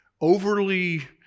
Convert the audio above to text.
overly